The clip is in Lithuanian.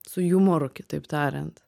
su jumoru kitaip tariant